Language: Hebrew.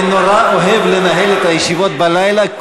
אני נורא אוהב לנהל את הישיבות בלילה,